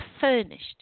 furnished